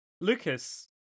Lucas